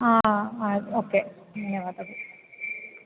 ಹಾಂ ಆಯ್ತು ಓಕೆ ಧನ್ಯವಾದಗಳು